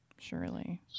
surely